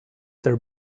there